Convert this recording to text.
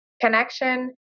connection